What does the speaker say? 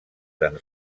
tan